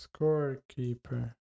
Scorekeeper